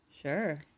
Sure